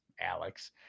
Alex